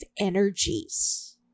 energies